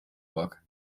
bock